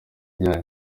gihari